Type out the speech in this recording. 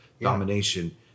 domination